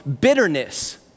bitterness